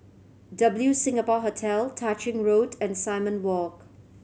W Singapore Hotel Tah Ching Road and Simon Walk